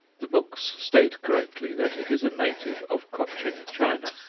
the books state correctly that it is a native of cochin china.